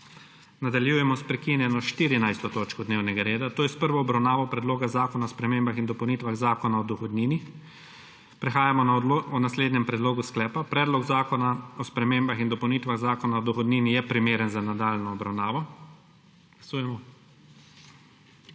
Nadaljujemo s prekinjeno14. točko dnevnega reda, to je s prvo obravnavo Predloga zakona o spremembah in dopolnitvah Zakona o dohodnini. Prehajamo na odločanje o naslednjem predlogu sklepa: Predlog zakona o spremembah in dopolnitvah Zakona o dohodnini je primeren za nadaljnjo obravnavo.